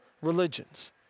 religions